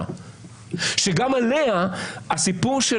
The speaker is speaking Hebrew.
שגם עליה חל הסיפור של